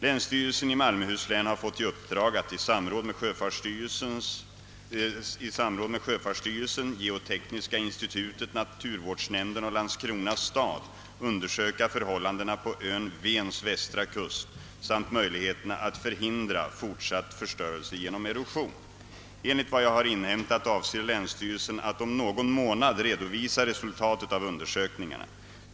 Länsstyrelsen i Malmöhus län har fått i uppdrag att i samråd med sjöfartsstyrelsen, geotekniska institutet, naturvårdsnämnden och Landskrona stad undersöka förhållandena på ön Vens västra kust samt möjligheterna att förhindra fortsatt förstörelse genom erosion. Enligt vad jag har inhämtat avser länsstyrelsen att om någon månad redovisa resultatet av undersökningarna.